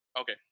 Okay